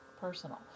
Personal